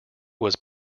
was